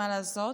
מה לעשות?